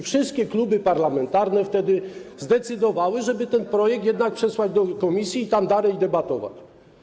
Wszystkie kluby parlamentarne wtedy zdecydowały, żeby ten projekt jednak przesłać do komisji i tam dalej debatować.